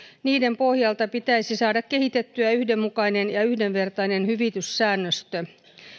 niiden pohjalta pitäisi saada kehitettyä yhdenmukainen ja yhdenvertainen hyvityssäännöstö